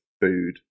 food